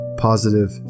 positive